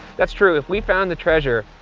that's true, if we found the treasure,